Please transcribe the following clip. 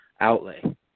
outlay